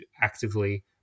actively